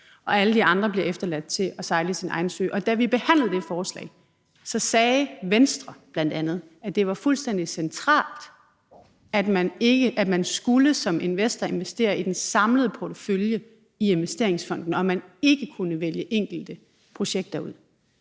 og alle de andre bliver efterladt til at sejle deres egen sø. Da vi behandlede det forslag, sagde Venstre bl.a., at det var fuldstændig centralt, at man som investor skulle investere i den samlede portefølje i Investeringsfonden, og at man ikke kunne vælge enkelte projekter ud.